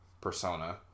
persona